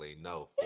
No